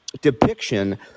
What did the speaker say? depiction